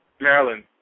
Maryland